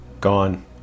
gone